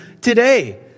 today